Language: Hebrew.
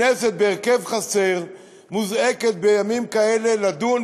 כנסת בהרכב חסר מוזעקת בימים כאלה לדון